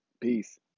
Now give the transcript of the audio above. peace